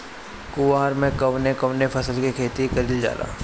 कुवार में कवने कवने फसल के खेती कयिल जाला?